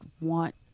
want